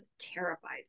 terrified